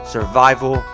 Survival